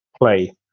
play